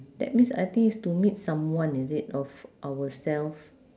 that means I think is to meet someone is it of ourself